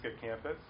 campus